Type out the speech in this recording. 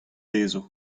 dezho